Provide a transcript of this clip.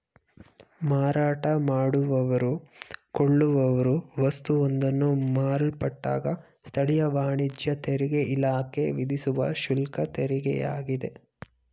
ಮಾರಾಟ ಮಾಡುವವ್ರು ಕೊಳ್ಳುವವ್ರು ವಸ್ತುವೊಂದನ್ನ ಮಾರಲ್ಪಟ್ಟಾಗ ಸ್ಥಳೀಯ ವಾಣಿಜ್ಯ ತೆರಿಗೆಇಲಾಖೆ ವಿಧಿಸುವ ಶುಲ್ಕತೆರಿಗೆಯಾಗಿದೆ